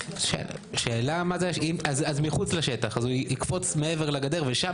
אז מחוץ לשטח - הוא יקפוץ מלעבר לגדר ושם